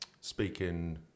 speaking